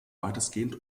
weitestgehend